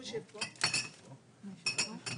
אני רואה שהזמן קצר.